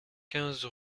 quinze